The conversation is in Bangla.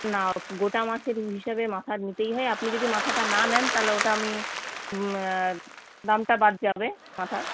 না গোটা মাছের হিসেবে মাথা নিতেই হয় আপনি যদি মাথাটা না নেন তাহলে ওটা আমি দামটা বাদ যাবে মাথার